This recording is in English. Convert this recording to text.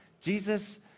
Jesus